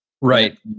Right